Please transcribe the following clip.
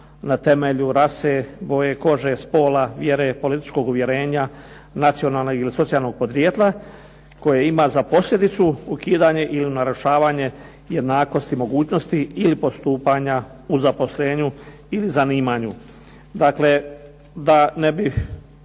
na temelju rase, boje kože, spola, vjere, političkog uvjerenja, nacionalnog ili socijalnog podrijetla koje ima za posljedicu ukidanje ili narušavanje jednakosti, mogućnosti ili postupanja u zaposlenju ili zanimanju. Dakle, da ne bih